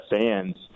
fans